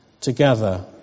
together